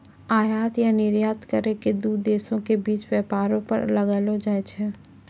आयात या निर्यात करो के दू देशो के बीच व्यापारो पर लगैलो जाय छै